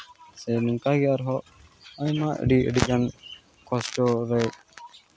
ᱥᱮ ᱱᱚᱝᱠᱟ ᱜᱮ ᱟᱨᱦᱚᱸ ᱟᱭᱢᱟ ᱟᱹᱰᱤ ᱟᱹᱰᱤᱜᱟᱱᱠᱚᱥᱴᱚ ᱨᱮ